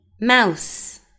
Mouse